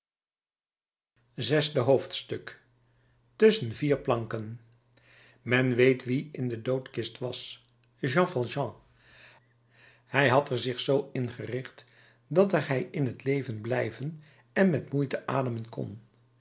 zesde hoofdstuk tusschen vier planken men weet wie in de doodkist was jean valjean hij had zich zoo ingericht dat hij er in t leven blijven en met moeite ademen kon